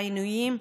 בעינויים,